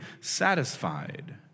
satisfied